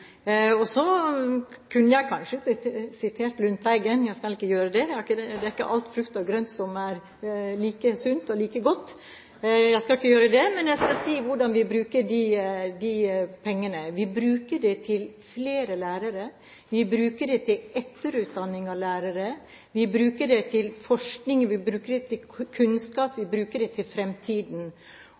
sted. Så kunne jeg kanskje sitert Lundteigen på at det ikke er all frukt og grønt som er like sunt og like godt. Jeg skal ikke gjøre det, men jeg skal si hvordan vi bruker de pengene. Vi bruker dem til flere lærere, vi bruker dem til etterutdanning av lærere, vi bruker dem til forskning, vi bruker dem til kunnskap, vi bruker dem til fremtiden.